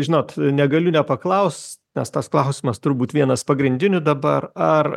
žinot negaliu nepaklaust nes tas klausimas turbūt vienas pagrindinių dabar ar